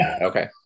okay